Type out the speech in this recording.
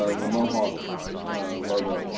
ah the mohawk logo,